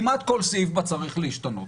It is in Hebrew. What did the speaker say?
כמעט כל סעיף בה צריך להשתנות,